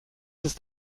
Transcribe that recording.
ist